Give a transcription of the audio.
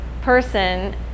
person